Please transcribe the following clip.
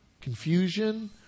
confusion